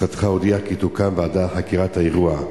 משרדך הודיע כי תוקם ועדה לחקירת האירוע.